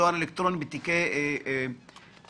מדובר על טיוטת דוח ביקורת שלא הוגשה לבנק הבינלאומי,